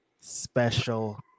special